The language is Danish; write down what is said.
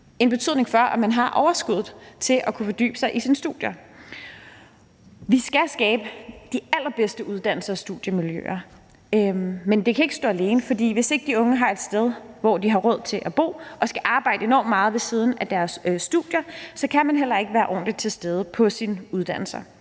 en betydning for, at man har overskud til at kunne fordybe sig i sine studier. Vi skal skabe de allerbedste uddannelser og studiemiljøer, men det kan ikke stå alene, for hvis ikke de unge har et sted, hvor de har råd til at bo, og skal arbejde enormt meget ved siden af deres studier, kan man heller ikke være ordentligt til stede på sin uddannelse.